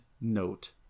note